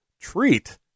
treat